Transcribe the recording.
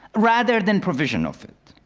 rather than provision of it.